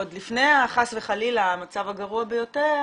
עוד לפני חס וחלילה המצב הגרוע ביותר,